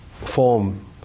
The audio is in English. form